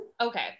Okay